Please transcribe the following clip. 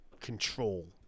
control